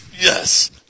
Yes